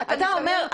אתה אומר,